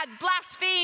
blasphemed